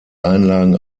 einlagen